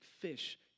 fish